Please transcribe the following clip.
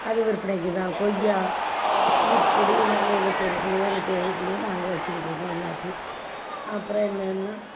அது விற்பனைக்கு தான் கொய்யா இப்படி நாங்கள் எங்கள் தெருவுக்குள்ளேயே எங்கள் தெருவுக்குள்ளேயே நாங்கள் வச்சிக்கிட்டிருப்போம் எல்லாத்தையும் அப்புறம் என்னென்னால்